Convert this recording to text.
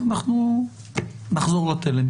אנחנו נחזור לתלם.